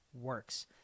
works